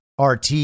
RT